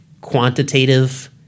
quantitative